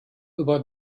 über